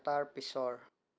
এটাৰ পিছৰ